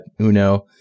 Uno